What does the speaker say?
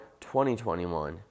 2021